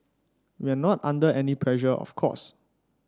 we are not under any pressure of course